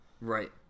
Right